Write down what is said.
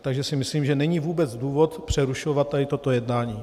Takže si myslím, že není vůbec důvod přerušovat toto jednání.